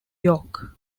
york